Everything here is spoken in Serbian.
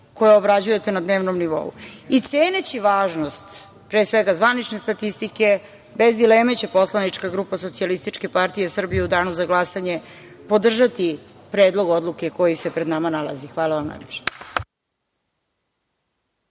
koje obrađujete na dnevnom nivou. Ceneći važnost pre svega zvanične statistike bez dileme će poslanička grupa SPS u danu za glasanje podržati Predlog odluke koji se pred nama nalazi. Hvala vam najlepše.